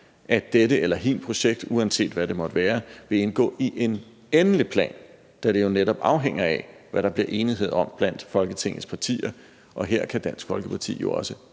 at dette eller hint projekt, uanset hvad det måtte være, vil indgå i en endelig plan, da det netop afhænger af, hvad der bliver enighed om blandt Folketingets partier, og her kan Dansk Folkeparti jo også